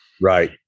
Right